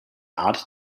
art